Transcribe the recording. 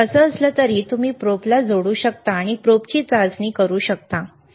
तर असं असलं तरी तुम्ही प्रोबला जोडू शकता आणि प्रोबची चाचणी करू शकता ठीक आहे